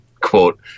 quote